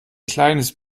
kleines